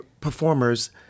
performers